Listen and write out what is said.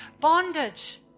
bondage